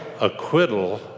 acquittal